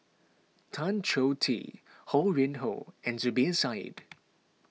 Tan Choh Tee Ho Yuen Hoe and Zubir Said